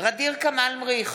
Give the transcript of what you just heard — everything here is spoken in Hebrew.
ע'דיר כמאל מריח,